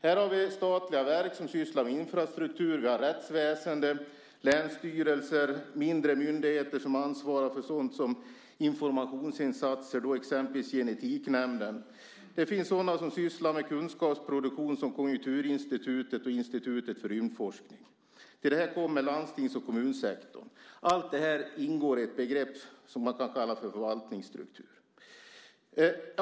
Här har vi statliga verk som sysslar med infrastruktur, rättsväsende, länsstyrelser, mindre myndigheter som ansvarar för sådant som informationsinsatser, exempelvis Genetiknämnden, och sådana som sysslar med kunskapsproduktion som Konjunkturinstitutet och Rymdstyrelsen. Till det här kommer landstings och kommunsektorn. Allt det här ingår i ett begrepp som man kan kalla förvaltningsstruktur.